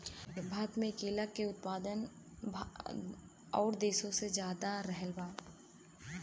भारत मे केला के उत्पादन और देशो से ज्यादा रहल बा